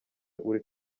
uri